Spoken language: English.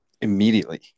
Immediately